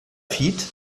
feed